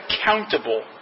accountable